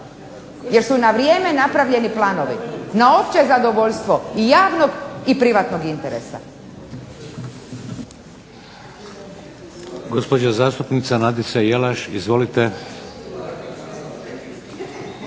jer su na vrijeme napravljeni planovi na opće zadovoljstvo i javnog i privatnog interesa.